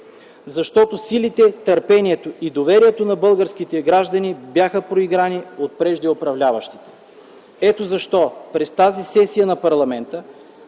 Защото силите, търпението и доверието на българските граждани бяха проиграни от преждеуправляващите. Ето защо през тази сесия на парламента